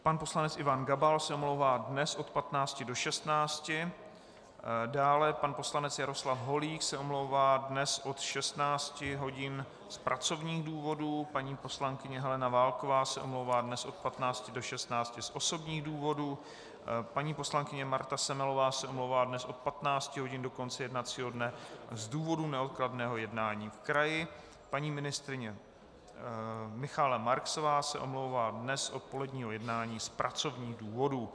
Pan poslanec Ivan Gabal se omlouvá dnes od 15 do 16, pan poslanec Jaroslav Holík se omlouvá dnes od 16 hodin z pracovních důvodů, paní poslankyně Helena Válková se omlouvá dnes od 15 do 16 z osobních důvodů, paní poslankyně Marta Semelová se omlouvá dnes od 15 hodin do konce jednacího dne z důvodů neodkladného jednání v kraji, paní ministryně Michaela Marksová se omlouvá dnes z odpoledního jednání z pracovních důvodů.